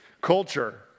culture